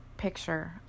Picture